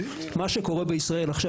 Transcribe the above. מה שקורה בישראל עכשיו,